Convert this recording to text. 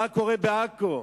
מה קורה בעכו,